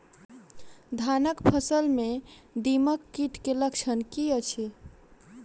धानक फसल मे दीमक कीट केँ लक्षण की अछि?